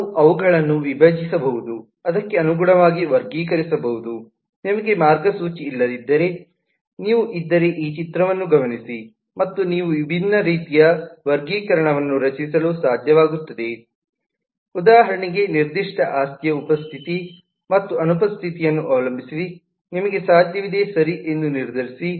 ನಾವು ಅವುಗಳನ್ನು ವಿಭಜಿಸಬಹುದು ಅದಕ್ಕೆ ಅನುಗುಣವಾಗಿ ವರ್ಗೀಕರಿಸಬಹುದು ನಿಮಗೆ ಮಾರ್ಗಸೂಚಿ ಇಲ್ಲದಿದ್ದರೆ ನೀವು ಇದ್ದರೆ ಈ ಚಿತ್ರವನ್ನು ಗಮನಿಸಿ ಮತ್ತು ನೀವು ವಿಭಿನ್ನ ರೀತಿಯ ವರ್ಗೀಕರಣವನ್ನು ರಚಿಸಲು ಸಾಧ್ಯವಾಗುತ್ತದೆ ಉದಾಹರಣೆಗೆ ನಿರ್ದಿಷ್ಟ ಆಸ್ತಿಯ ಉಪಸ್ಥಿತಿ ಮತ್ತು ಅನುಪಸ್ಥಿತಿಯನ್ನು ಅವಲಂಬಿಸಿ ನಿಮಗೆ ಸಾಧ್ಯವಿದೆ ಸರಿ ಎಂದು ನಿರ್ಧರಿಸಿ